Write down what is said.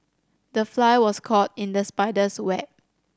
the fly was caught in the spider's web